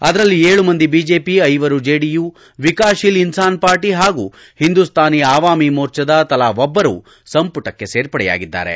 ಅದರಲ್ಲಿ ಏಳು ಮಂದಿ ಬಿಜೆಪಿ ಐವರು ಜೆಡಿಯು ವಿಕಾಸ್ತೀಲ್ ಇನ್ಲಾನ್ ಪಾರ್ಟಿ ಹಾಗೂ ಹಿಂದುಸ್ತಾನಿ ಅವಾಮಿಮೋರ್ಚದ ತಲಾ ಒಬ್ಲರು ಸಂಪುಟಕ್ಕೆ ಸೇರ್ಪಡೆಯಾಗಿದ್ದಾರೆ